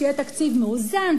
שיהיה תקציב מאוזן,